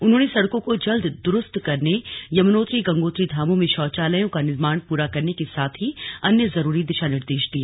उन्होंने सड़कों को जल्द दुरुस्त करने यमुनोत्री गंगोत्री धामों में शौचालयों का निर्माण पूरा करने के साथ ही अन्य जरूरी दिशा निर्देश दिये